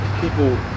People